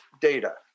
data